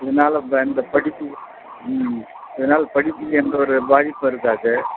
இதனால் எந்த படிப்பு இதனால் படிப்பு எந்த ஒரு பாதிப்பும் இருக்காது